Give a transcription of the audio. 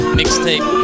mixtape